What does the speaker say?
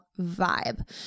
vibe